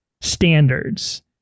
standards